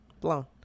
blown